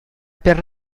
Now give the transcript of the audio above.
per